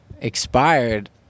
expired